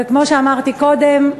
וכמו שאמרתי קודם,